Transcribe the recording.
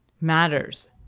matters